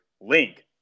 Link